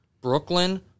Brooklyn